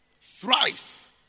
thrice